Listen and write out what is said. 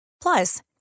Plus